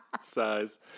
size